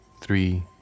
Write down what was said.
three